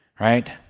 Right